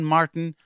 Martin